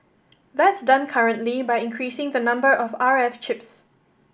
that's done currently by increasing the number of R F chips